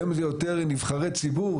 היום זה יותר נבחרי ציבור,